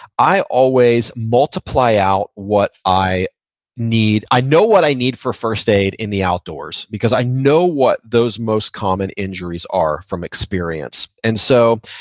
i always multiply out what i need. i know what i need for first aid in the outdoors because i know what those most common injuries are from experience. and so,